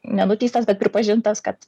nenuteistas bet pripažintas kad